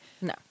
No